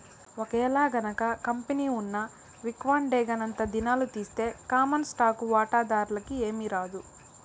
ఒకేలగనక కంపెనీ ఉన్న విక్వడేంగనంతా దినాలు తీస్తె కామన్ స్టాకు వాటాదార్లకి ఏమీరాదు